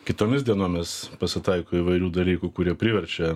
kitomis dienomis pasitaiko įvairių dalykų kurie priverčia